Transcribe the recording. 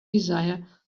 desire